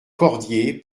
cordier